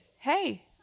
hey